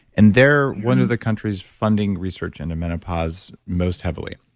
and they're one of the countries funding research into menopause most heavily.